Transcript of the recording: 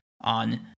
on